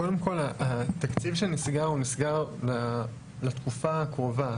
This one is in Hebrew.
קודם כל התקציב שנסגר, הוא נסגר לתקופה הקרובה.